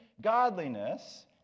godliness